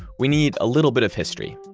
we need a little bit of history.